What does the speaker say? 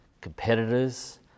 competitors